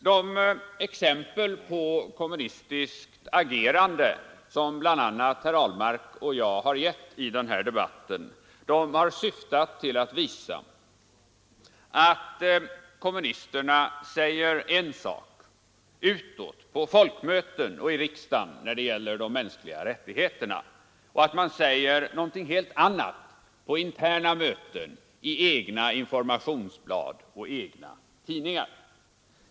De exempel på kommunistiskt agerande som bl.a. herr Ahlmark och jag givit i denna debatt har syftat till att visa att kommunisterna säger en sak utåt på valmöten och i riksdagen när det gäller de mänskliga rättigheterna och att de säger något helt annat på interna möten, i egna informationsblad och i egna tidningar.